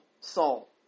soul